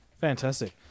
Fantastic